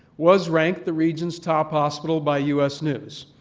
was ranked the region's top hospital by u s. news.